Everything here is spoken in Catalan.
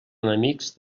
enemics